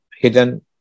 hidden